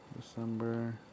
December